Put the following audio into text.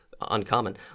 Uncommon